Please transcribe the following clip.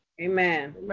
Amen